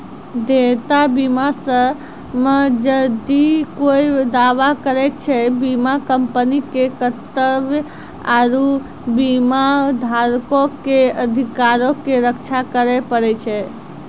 देयता बीमा मे जदि कोय दावा करै छै, बीमा कंपनी के कर्तव्य आरु बीमाधारको के अधिकारो के रक्षा करै पड़ै छै